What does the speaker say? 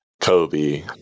Kobe